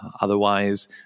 otherwise